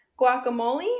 Guacamole